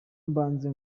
mbanze